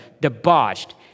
Debauched